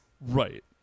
right